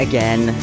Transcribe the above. Again